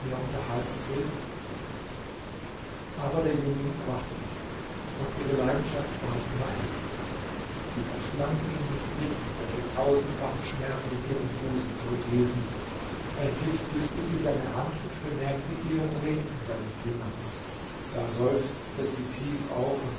unterhalten willst aber der jüngling erwachte nicht und ihre leidenschaft ward immer heftiger sie verschlang ihn mit blicken welche tausendfachen schmerz in ihrem busen zurückließen endlich küßte sie seine hand und bemerkte ihren ring an seinem finger da seufzte sie tief auf